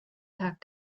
tag